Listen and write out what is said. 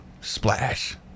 splash